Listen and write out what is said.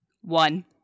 One